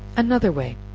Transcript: another way.